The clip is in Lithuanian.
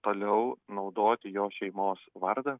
toliau naudoti jo šeimos vardą